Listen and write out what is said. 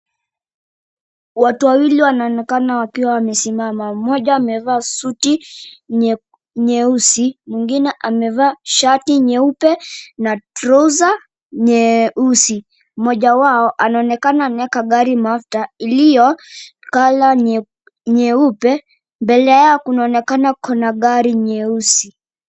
Watu wawili wanaonekana wakiwa wamesimama mmoja amevaa suti nyeusi na mwingine amevaa shati nyeupe na trouser nyeusi mmoja wao anaonekana ameweka gari mafuta iliyo kala nyeupe mbele yao kunaonekana kuna gari nyeusi.